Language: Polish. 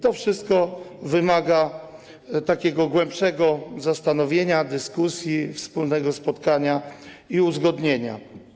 To wszystko wymaga głębszego zastanowienia, dyskusji, wspólnego spotkania i uzgodnienia.